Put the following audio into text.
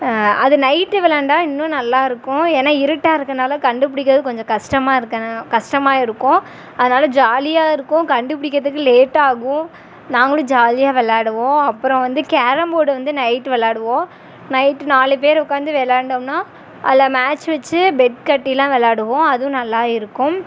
அது நைட் விளாண்டா இன்னும் நல்லா இருக்கும் ஏன்னால் இருட்டாக இருக்கனால் கண்டுப்பிடிக்கிறது கொஞ்சம் கஷ்டமா இருக்கனால் கஷ்டமா இருக்கும் அதனால் ஜாலியாக இருக்கும் கண்டுப்பிடிக்கிறதுக்கு லேட்டாகும் நாங்களும் ஜாலியாக விளாடுவோம் அப்புறம் வந்து கேரம் போர்ட் வந்து நைட் விளாடுவோம் நைட் நாலு பேர் உட்காந்து விளாண்டோம்னா அதில் மேட்ச் வச்சு பெட் கட்டிலாம் விளாடுவோம் அதுவும் நல்லா இருக்கும்